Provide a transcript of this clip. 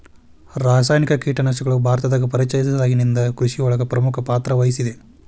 ರಾಸಾಯನಿಕ ಕೇಟನಾಶಕಗಳು ಭಾರತದಾಗ ಪರಿಚಯಸಿದಾಗನಿಂದ್ ಕೃಷಿಯೊಳಗ್ ಪ್ರಮುಖ ಪಾತ್ರವಹಿಸಿದೆ